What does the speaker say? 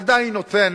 עדיין נותן